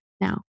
now